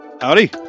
Howdy